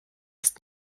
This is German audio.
ist